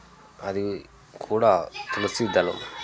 అది కూడా తులసీదళం